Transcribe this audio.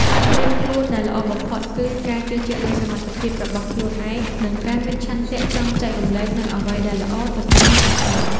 ការត្រៀមខ្លួនដែលល្អបំផុតគឺ ការជឿជាក់លើសមត្ថភាពរបស់ខ្លួនឯង និងការមានឆន្ទៈចង់ចែករំលែកនូវអ្វីដែលល្អទៅកាន់អ្នកដទៃ។